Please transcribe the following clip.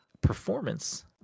Performance